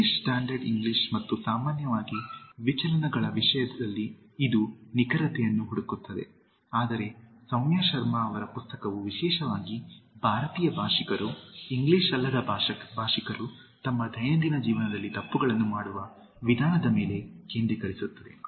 British standard English ಮತ್ತು ಸಾಮಾನ್ಯವಾಗಿ ವಿಚಲನಗಳ ವಿಷಯದಲ್ಲಿ ಇದು ನಿಖರತೆಯನ್ನು ಹುಡುಕುತ್ತದೆ ಆದರೆ ಸೌಮ್ಯಾ ಶರ್ಮಾ ಅವರ ಪುಸ್ತಕವು ವಿಶೇಷವಾಗಿ ಭಾರತೀಯ ಭಾಷಿಕರು ಇಂಗ್ಲಿಷ್ ಅಲ್ಲದ ಭಾಷಿಕರು ತಮ್ಮ ದೈನಂದಿನ ಜೀವನದಲ್ಲಿ ತಪ್ಪುಗಳನ್ನು ಮಾಡುವ ವಿಧಾನದ ಮೇಲೆ ಕೇಂದ್ರೀಕರಿಸುತ್ತದೆ